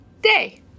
day